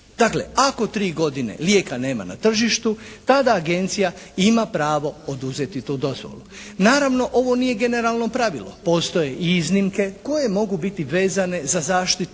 Dakle ako 3 godine lijeka nema na tržištu tada agencija ima pravo oduzeti tu dozvolu. Naravno ovo nije generalno pravilo. Postoje i iznimke koje mogu biti vezane za zaštitu